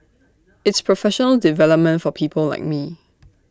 it's professional development for people like me